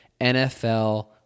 NFL